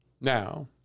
Now